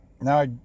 now